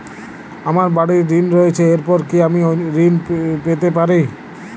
আমার বাড়ীর ঋণ রয়েছে এরপর কি অন্য ঋণ আমি পেতে পারি?